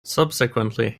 subsequently